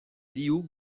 liu